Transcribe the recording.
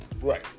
Right